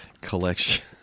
collection